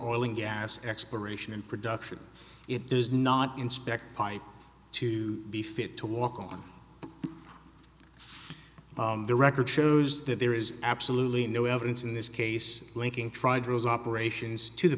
oil and gas exploration and production it does not inspect pipes to be fit to walk on the record shows that there is absolutely no evidence in this case linking tried rose operations to the